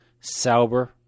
Sauber